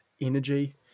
energy